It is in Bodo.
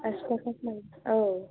आसि थाखासो लायो औ